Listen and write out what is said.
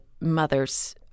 mothers